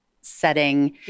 setting